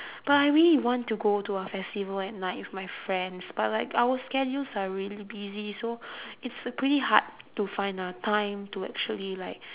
but I really want to go to a festival at night with my friends but like our schedules are really busy so it's pretty hard to find a time to actually like